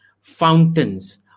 fountains